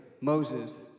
Moses